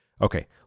Okay